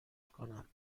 کنم